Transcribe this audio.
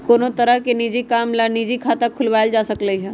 कोनो तरह के निज काम ला निजी खाता खुलवाएल जा सकलई ह